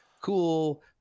cool